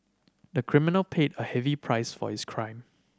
the criminal paid a heavy price for his crime